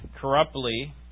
corruptly